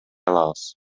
алабыз